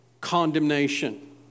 condemnation